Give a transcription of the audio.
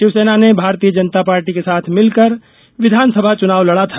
शिवसेना ने भारतीय जनता पार्टी के साथ मिलकर विधानसभा चुनाव लड़ा था